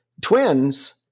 Twins